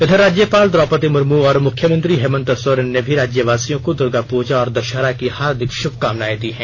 इधर राज्यपाल द्रौपदी मुर्मू और मुख्यमंत्री हेमंत सोरेन ने भी राज्यवासियों को दुर्गापूजा और दशहरा की हार्दिक शुभकामनाएं दी हैं